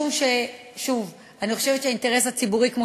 משום שאני חושבת שהאינטרס הציבורי כמו